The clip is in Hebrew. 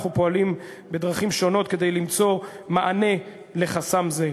אנחנו פועלים בדרכים שונות כדי למצוא מענה לחסם זה.